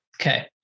Okay